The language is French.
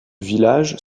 village